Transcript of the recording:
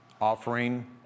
Offering